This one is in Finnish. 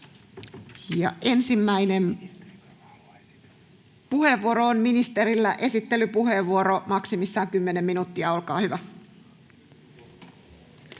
Ensimmäinen puheenvuoro on ministerillä, esittelypuheenvuoro, maksimissaan 10 minuuttia. Olkaa hyvä.